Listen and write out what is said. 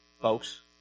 folks